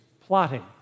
plotting